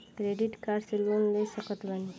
Credit card से loan ले सकत बानी?